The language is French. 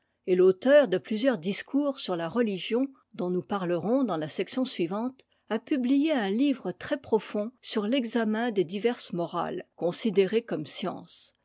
et l'auteur de plusieurs discours sur la religion dont nous parlerons dans la section suivante a publié un livre très-profond sur l'examen des diverses morales considérées comme science